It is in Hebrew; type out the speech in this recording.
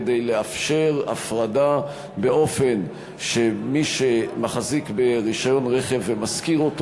כדי לאפשר הפרדה באופן שמי שמחזיק ברישיון רכב ומשכיר אותו